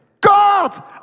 God